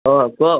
ହଁ କୁହ